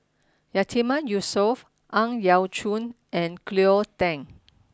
Yatiman Yusof Ang Yau Choon and Cleo Thang